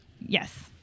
Yes